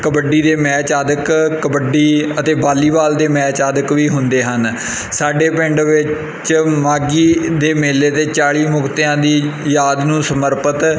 ਕਬੱਡੀ ਦੇ ਮੈਚ ਆਦਿ ਕਬੱਡੀ ਅਤੇ ਵਾਲੀਬਾਲ ਦੇ ਮੈਚ ਆਦਿ ਵੀ ਹੁੰਦੇ ਹਨ ਸਾਡੇ ਪਿੰਡ ਵਿੱਚ ਮਾਘੀ ਦੇ ਮੇਲੇ ਦੇ ਚਾਲੀ ਮੁਕਤਿਆਂ ਦੀ ਯਾਦ ਨੂੰ ਸਮਰਪਿਤ